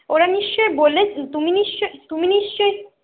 ওরা নিশ্চয়ই বললে তুমি নিশ্চয়ই তুমি নিশ্চয়ই